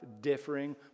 differing